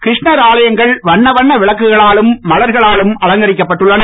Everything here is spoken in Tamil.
கிருஷ்ணர் ஆலயங்கள் வண்ண விளக்குகளாலும் மலர்களாலும் அலங்கரிக்கப்பட்டுள்ளன